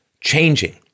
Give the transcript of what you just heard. changing